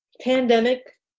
Pandemic